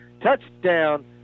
Touchdown